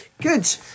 good